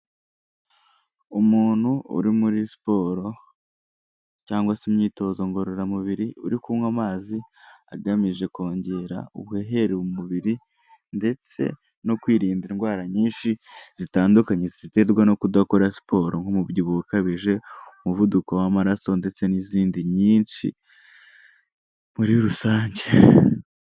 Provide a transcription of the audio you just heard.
Umuntu uri muri siporo cyangwa se imyitozo ngororamubiri uri kunywa amazi agamije kongera ubuhehere mu mubiri ndetse no kwirinda indwara nyinshi zitandukanye ziterwa no kudakora siporo nk'umubyibuho ukabije, umuvuduko w'amaraso, ndetse n'izindi nyinshi muri rusange.